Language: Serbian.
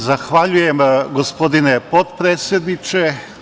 Zahvaljujem, gospodine potpredsedniče.